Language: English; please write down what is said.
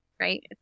right